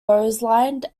rosalind